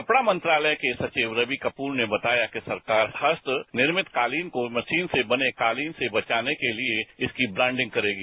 कपड़ा मंत्रालय के सचिव रवि कपूर ने बताया कि सरकार खासकर निर्मित कालीन को मशीन से बने कालीन से बचाने के लिए इसकी ब्रॉडिंग करेगी